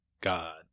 God